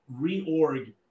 reorg –